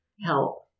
help